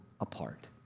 apart